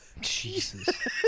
Jesus